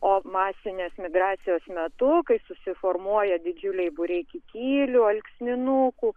o masinės migracijos metu kai susiformuoja didžiuliai būriai kikilių alksninukų